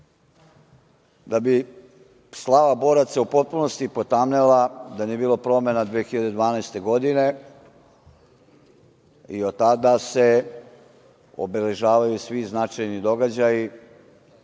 da bi slava boraca u potpunosti potamnela, da nije bilo promena 2012. godine i od tada se obeležavaju svi značajni događaji,